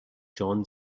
john